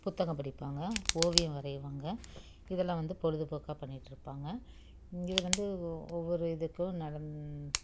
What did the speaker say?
புத்தகம் படிப்பாங்கள் ஓவியம் வரையுவாங்க இதெல்லாம் வந்து பொழுதுபோக்கா பண்ணிகிட்ருப்பாங்க இது வந்து ஒவ்வொரு இதுக்கும் நடந்